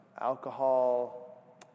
alcohol